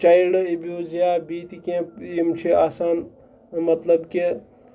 child abuse یا بیٚیہِ تہِ کیٚنٛہہ یِم چھِ آسان مطلب کہِ